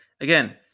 again